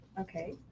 Okay